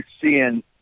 seeing –